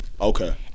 Okay